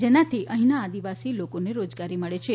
જેનાથી અહીંના આદિવાસી લોકોને રોજગારી મળે છે